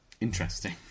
interesting